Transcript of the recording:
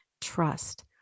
trust